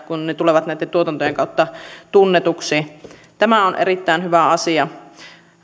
kun ne tulevat näitten tuotantojen kautta tunnetuksi tämä on erittäin hyvä asia